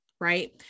right